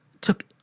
took